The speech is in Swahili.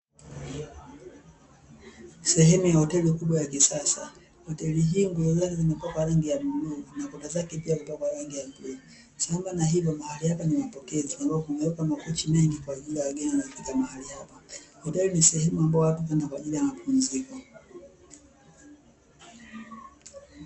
Sehemu ya hoteli kubwa ya kisasa. Hoteli hii nguzo zake zimepakwa rangi ya bluu na kuta zake pia zimepakwa rangi ya bluu, sambamba na hilo mahali hapa ni mapokezi ambapo kumewekwa makochi mengi kwa ajili ya wageni wanaofika mahali hapo. Hoteli ni sehemu ambayo watu huenda kwa ajili ya mapumziko.